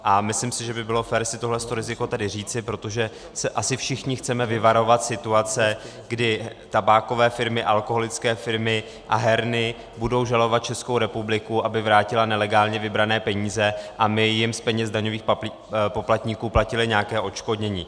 A myslím si, že by bylo fér si tohleto riziko tady říci, protože se asi všichni chceme vyvarovat situace, kdy tabákové firmy, alkoholické firmy a herny budou žalovat Českou republiku, aby vrátila nelegálně vybrané peníze, a my jim z peněz daňových poplatníků platili nějaké odškodnění.